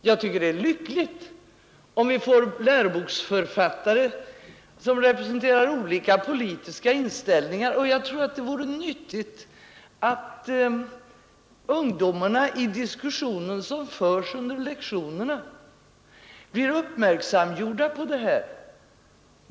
Jag tycker att det är lyckligt att ha läroboksförtattare som representerar olika politisk inställning, och jag tor att ungdomarna vid de diskussioner som förs under lektionerna blir uppmärksamgjorda pa sådant.